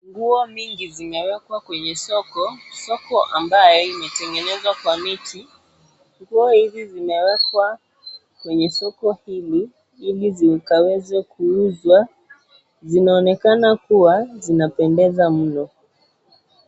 Nguo mingi zimewekwa kwenye soko ,soko ambayo imetengenezwa kwa miti ,nguo hizi zimewekwa kwenye soko hili ,hili zikaweze kuuzwa zinaonekana kuwa zinapendeza mno.